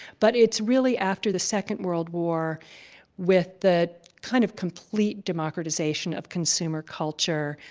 but it's really after the second world war with the kind of complete democratization of consumer culture,